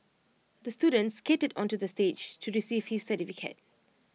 the student skated onto the stage to receive his certificate